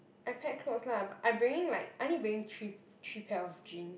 I pack clothes lah I bringing like I only bringing three three pairs of jean